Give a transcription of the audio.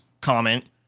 comment